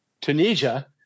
Tunisia